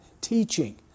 teaching